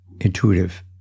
intuitive